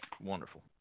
wonderful